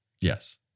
Yes